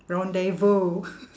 rendezvous